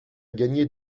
gagner